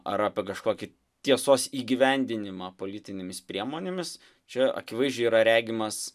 ar apie kažkokį tiesos įgyvendinimą politinėmis priemonėmis čia akivaizdžiai yra regimas